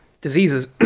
diseases